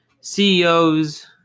CEOs